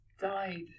died